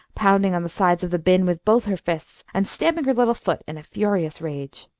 pounding on the sides of the bin with both her fists, and stamping her little foot in a furious rage.